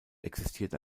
existiert